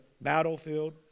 battlefield